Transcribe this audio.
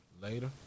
later